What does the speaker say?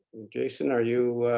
jason, are you